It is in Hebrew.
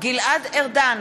גלעד ארדן,